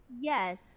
Yes